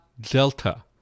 Delta